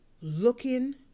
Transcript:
looking